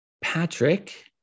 Patrick